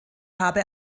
habe